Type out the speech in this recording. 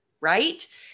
right